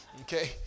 Okay